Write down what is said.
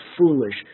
foolish